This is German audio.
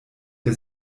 der